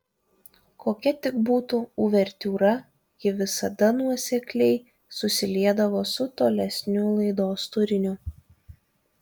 kokia tik būtų uvertiūra ji visada nuosekliai susiliedavo su tolesniu laidos turiniu